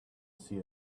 see